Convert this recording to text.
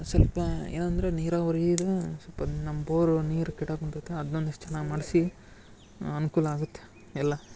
ಸ್ವಲ್ಪ ಏನಂದರೆ ನೀರಾವರೀದು ಸ್ವಲ್ಪ ನಮ್ಮ ಬೋರು ನೀರು ಕೆಟ್ಟೋಗಿ ನಿಂತೈತೆ ಅದ್ನೊಂದಿಷ್ಟು ಚೆನ್ನಾಗಿ ಮಾಡಿಸಿ ಅನುಕೂಲ ಆಗುತ್ತೆ ಎಲ್ಲ